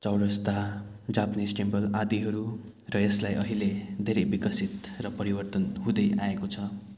चौरस्ता Japanese temple आदिहरू र यसलाई अहिले धेरै विकसित र परिवर्तन हुँदै आएको छ